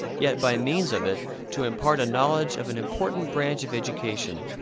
yet by means of it to impart a knowledge of an important branch of education.